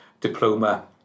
Diploma